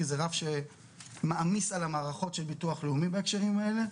כי זה רף שמעמיס על המערכות של הביטוח הלאומי בהקשרים האלה.